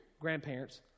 grandparents